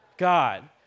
God